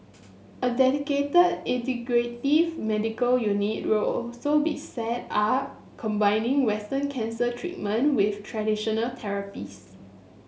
a dedicated integrative medical unit will also be set up combining Western cancer treatment with traditional therapies